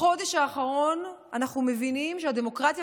בחודש האחרון אנחנו מבינים שהדמוקרטיה